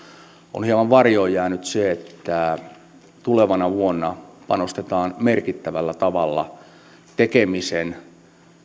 on hieman varjoon jäänyt se että tulevana vuonna panostetaan merkittävällä tavalla tekemisen